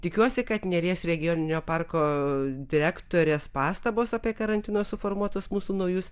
tikiuosi kad neries regioninio parko direktorės pastabos apie karantino suformuotus mūsų naujus